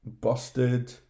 Busted